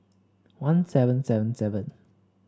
one seven seven seven